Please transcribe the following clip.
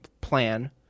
plan